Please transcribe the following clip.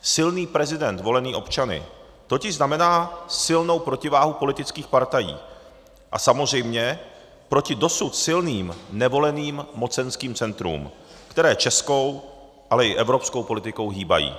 Silný prezident volený občany totiž znamená silnou protiváhu politických partají a samozřejmě proti dosud silným nevoleným mocenským centrům, která českou, ale i evropskou politikou hýbou.